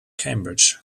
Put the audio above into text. cambridge